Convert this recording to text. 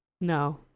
No